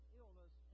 illness